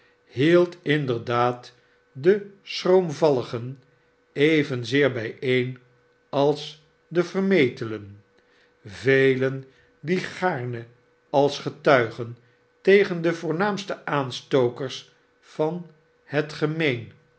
nield inderdaad de schroomvalligen evenzeer bijeen als de vermetelen velen die gaarne als getuigen tegen de voornaamste aanstokers van het gemeen